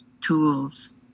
tools